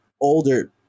older